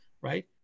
right